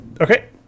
okay